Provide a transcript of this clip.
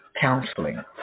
counseling